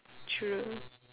true